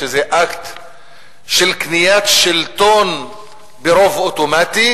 שזה אקט של קניית שלטון ברוב אוטומטי